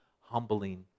Humbling